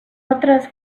otras